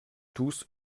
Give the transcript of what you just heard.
tous